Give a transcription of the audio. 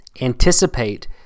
Anticipate